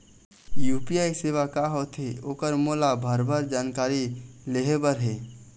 UPI सेवा का होथे ओकर मोला भरभर जानकारी लेहे बर हे?